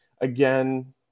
Again